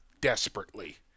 desperately